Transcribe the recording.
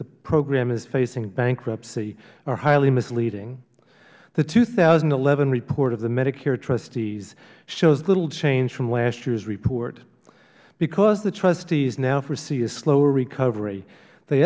the program is facing bankruptcy are highly misleading the two thousand and eleven report of the medicare trustees shows little change from last year's report because the trustees now foresee a slower recovery they